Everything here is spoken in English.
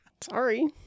Sorry